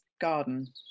garden